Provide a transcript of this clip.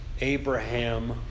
Abraham